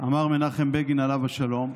אמר מנחם בגין, עליו השלום,